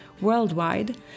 worldwide